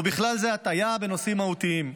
ובכלל זה הטעיה בנושאים מהותיים,